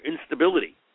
instability